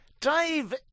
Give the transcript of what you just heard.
Dave